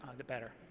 the better.